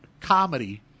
comedy